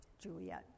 Juliet